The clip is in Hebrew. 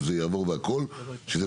זה יעבור וזה מצוין.